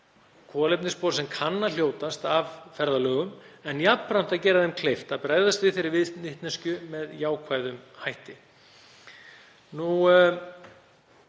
kolefnisspor sem kann að hljótast af ferðalögum en jafnframt að gera þeim kleift að bregðast við þeirri vitneskju með jákvæðum hætti.